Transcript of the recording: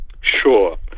Sure